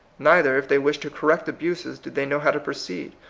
neither, if they wish to correct abuses, do they know how to proceed,